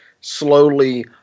slowly